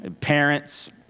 Parents